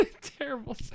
Terrible